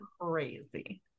crazy